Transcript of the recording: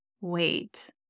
wait